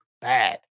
bad